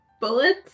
bullets